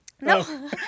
No